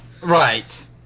Right